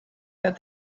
that